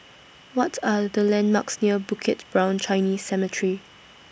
What Are The landmarks near Bukit Brown Chinese Cemetery